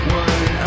one